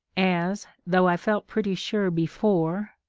as, though i felt pretty sure before,